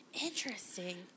Interesting